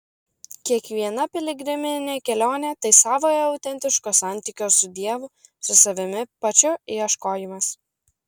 kiekviena piligriminė kelionė tai savojo autentiško santykio su dievu su savimi pačiu ieškojimas